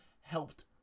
helped